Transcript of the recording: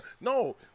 no